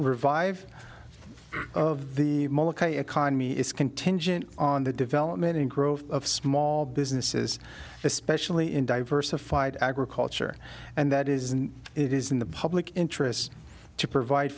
revive the economy is contingent on the development and growth of small businesses especially in diversified agriculture and that is and it is in the public interest to provide